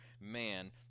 man